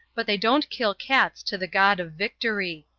but they don't kill cats to the god of victory.